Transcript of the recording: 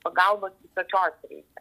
pagalbos visokios reikia